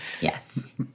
Yes